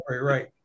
right